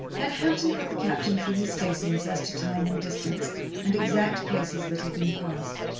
then hampton put the captain through his facings as to time and distance and exact places that had been passed,